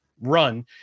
run